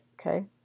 Okay